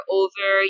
over